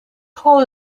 call